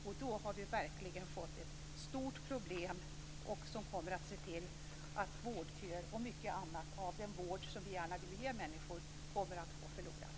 Då har vi verkligen fått ett stort problem som kommer att leda till vårdköer och göra att mycket av den vård som vi gärna vill ge människor kommer att gå förlorad.